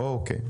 אוקיי.